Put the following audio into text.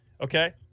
Okay